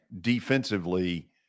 defensively